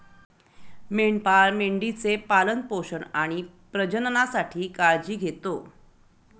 मेंढपाळ मेंढी चे पालन पोषण आणि प्रजननासाठी काळजी घेतो